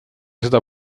seda